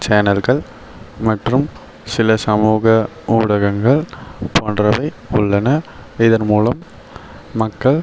சேனல்கள் மற்றும் சில சமூக ஊடகங்கள் போன்றவை உள்ளன இதன் மூலம் மக்கள்